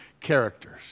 characters